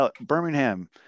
Birmingham